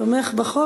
תומך בחוק.